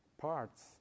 parts